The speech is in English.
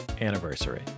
anniversary